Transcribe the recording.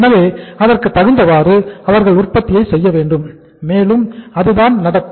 எனவே அதற்குத் தகுந்தவாறு அவர்கள் உற்பத்தியை செய்ய வேண்டும் மேலும் அதுதான் நடக்கும்